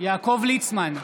יעקב ליצמן,